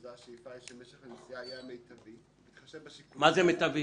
שהשאיפה שמשך הנסיעה יהיה המיטבי בהתחשב בשיקולים --- מה זה "מיטבי"?